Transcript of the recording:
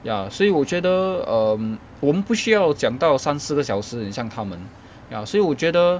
ya 所以我觉得 um 我们不需要讲到三四个小时很像他们 ya 所以我觉得